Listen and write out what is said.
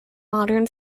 modern